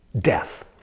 death